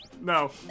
No